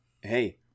hey